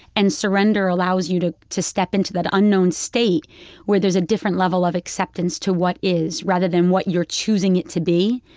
and surrender allows you to to step into that unknown state where there's a different level of acceptance to what is rather than what you're choosing it to be.